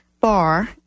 Bar